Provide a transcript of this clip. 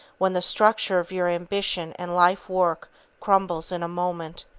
when the structure of your ambition and life-work crumbles in a moment,